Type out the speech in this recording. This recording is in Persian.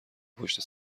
پشت